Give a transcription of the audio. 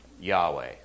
Yahweh